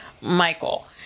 Michael